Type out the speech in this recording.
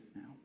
now